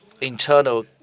internal